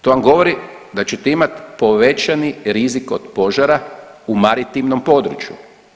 To vam govori da ćete imati povećani rizik od požara u maritimnom području.